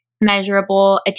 measurable